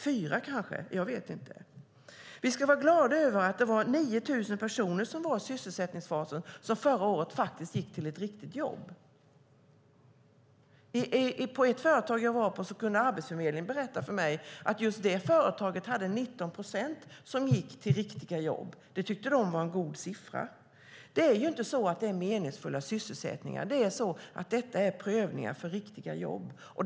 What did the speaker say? Fas 4? Vi ska vara glada över att 9 000 personer som förra året befann sig i sysselsättningsfasen faktiskt gick till ett riktigt jobb. Jag besökte ett företag där Arbetsförmedlingen berättade för mig att för just det företaget gick 19 procent till riktiga jobb. Det tyckte de var en god siffra. Det är inte fråga om meningsfulla sysselsättningar utan det är fråga om att prövas för riktiga jobb.